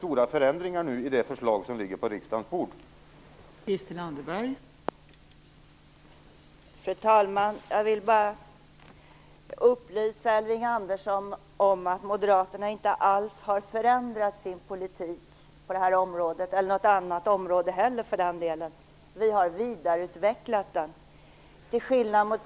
I och med det förslag som ligger nu på riksdagens bord blir det rätt stora förändringar.